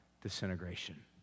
disintegration